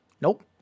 Nope